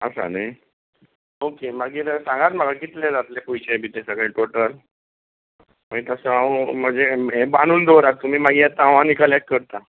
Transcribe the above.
आसा न्हय ओके मागीर सांगात म्हाका कितले जातले पयशे बी ते कितले सगले टोटल मागीर तसो हांव म्हजे हें बांदून दवरात तुमी मागीर येता हांव आनी कलेक्ट करतां